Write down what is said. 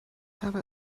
habe